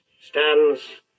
stands